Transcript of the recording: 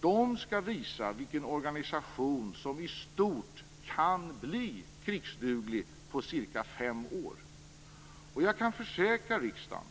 De skall visa vilken organisation som i stort kan bli krigsduglig på cirka fem år. Jag kan försäkra riksdagen